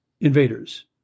invaders